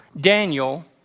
Daniel